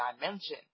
dimension